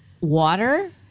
water